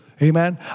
Amen